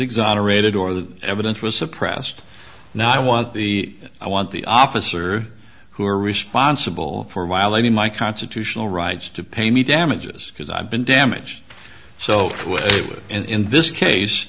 exonerated or the evidence was suppressed and i want the i want the officer who are responsible for violating my constitutional rights to pay me damages because i've been damaged so in this case